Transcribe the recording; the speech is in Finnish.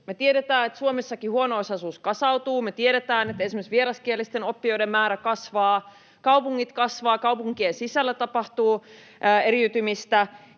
tiedetään, että Suomessakin huono-osaisuus kasautuu, me tiedetään, että esimerkiksi vieraskielisten oppijoiden määrä kasvaa, kaupungit kasvavat, kaupunkien sisällä tapahtuu eriytymistä,